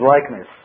likeness